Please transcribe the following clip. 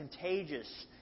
contagious